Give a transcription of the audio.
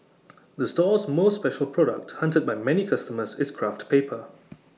the store's most special product hunted by many customers is craft paper